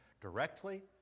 directly